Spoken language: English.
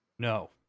No